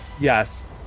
Yes